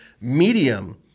medium